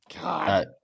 God